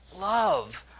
love